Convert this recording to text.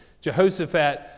Jehoshaphat